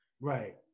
Right